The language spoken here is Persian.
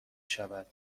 شود